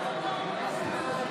בעד אליהו